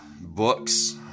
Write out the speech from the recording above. books